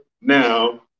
now